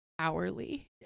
hourly